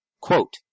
Quote